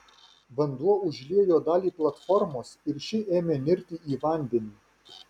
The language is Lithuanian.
vanduo užliejo dalį platformos ir ši ėmė nirti į vandenį